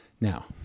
now